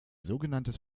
sogenanntes